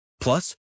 Plus